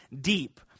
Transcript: deep